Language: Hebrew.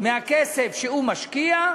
מהכסף שהוא משקיע,